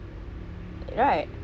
we have what sorry